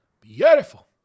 beautiful